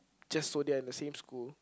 just so they are in the same school